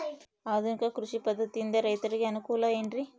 ಆಧುನಿಕ ಕೃಷಿ ಪದ್ಧತಿಯಿಂದ ರೈತರಿಗೆ ಅನುಕೂಲ ಏನ್ರಿ?